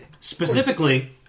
Specifically